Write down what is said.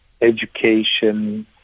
education